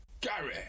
Gary